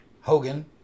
Hogan